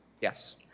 Yes